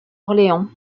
orléans